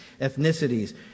ethnicities